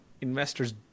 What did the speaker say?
investors